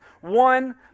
One